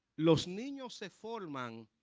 mostly nelson for among